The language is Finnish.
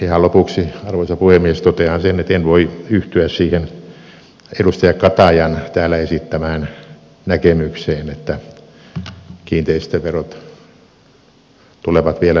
ihan lopuksi arvoisa puhemies totean sen että en voi yhtyä siihen edustaja katajan täällä esittämään näkemykseen että kiinteistöverot tulevat vielä nousemaan moninkertaisiksi